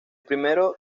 primero